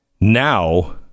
now